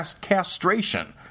castration